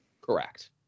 Correct